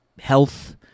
health